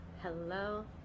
hello